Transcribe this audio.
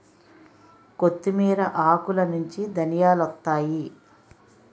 కొత్తిమీర ఆకులనుంచి ధనియాలొత్తాయి